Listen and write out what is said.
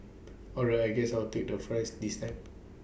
all right I guess I'll take the fries this time